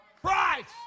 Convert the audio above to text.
Christ